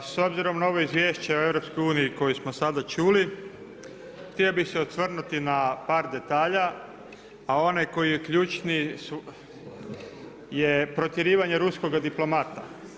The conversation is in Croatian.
S obzirom na ovo izvješće o EU koje smo sada čuli, htio bih se osvrnuti na par detalja, a onaj koji je ključni je protjerivanje ruskoga diplomata.